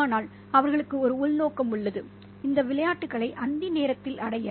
ஆனால் அவளுக்கு ஒரு உள்நோக்கம் உள்ளது இந்த விளையாட்டுகளை அந்தி நேரத்தில் அடைய